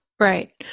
Right